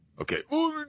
Okay